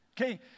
Okay